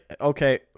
Okay